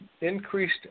increased